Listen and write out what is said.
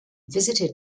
visited